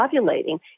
ovulating